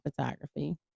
Photography